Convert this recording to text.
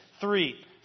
Three